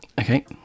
okay